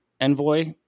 envoy